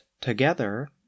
together